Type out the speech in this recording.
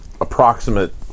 approximate